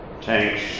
tanks